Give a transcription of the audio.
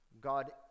God